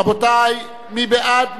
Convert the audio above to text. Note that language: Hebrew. רבותי, מי בעד?